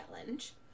challenge